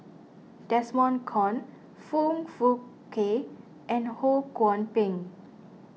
Desmond Kon Foong Fook Kay and Ho Kwon Ping